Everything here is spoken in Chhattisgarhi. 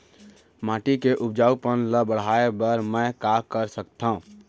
माटी के उपजाऊपन ल बढ़ाय बर मैं का कर सकथव?